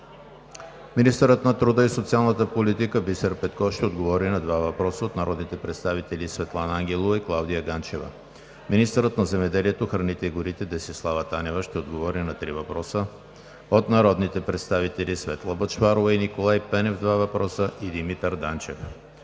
Министърът на труда и социалната политика Бисер Петков ще отговори на два въпроса от народните представители Светлана Ангелова; и Клавдия Ганчева. 4. Министърът на земеделието, храните и горите Десислава Танева ще отговори на три въпроса от народните представители Светла Бъчварова и Николай Пенев – два въпроса; и Димитър Данчев.